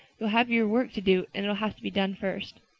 you'll have your work to do and it'll have to be done first.